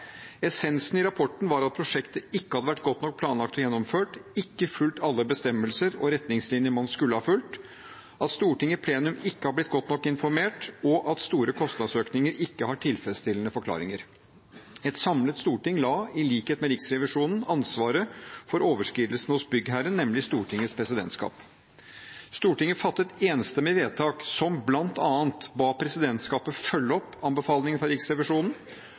Essensen i rapporten var at prosjektet ikke hadde vært godt nok planlagt og gjennomført, ikke fulgt alle bestemmelser og retningslinjer man skulle ha fulgt, at Stortinget i plenum ikke har blitt godt nok orientert, og at store kostnadsøkninger ikke har tilfredsstillende forklaringer. Et samlet storting la i likhet med Riksrevisjonen ansvaret for overskridelsene hos byggherren, nemlig Stortingets presidentskap. Stortinget fattet enstemmig vedtak som bl.a. ba presidentskapet følge opp anbefalingene fra Riksrevisjonen